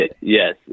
Yes